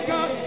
God